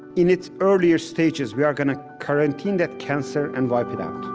in its earlier stages, we are gonna quarantine that cancer and wipe it out